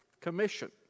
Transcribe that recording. commission